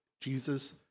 Jesus